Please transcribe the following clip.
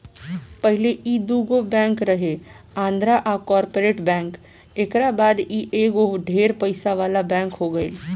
पहिले ई दुगो बैंक रहे आंध्रा आ कॉर्पोरेट बैंक एकरा बाद ई एगो ढेर पइसा वाला बैंक हो गईल